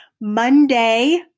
Monday